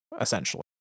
essentially